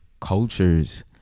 cultures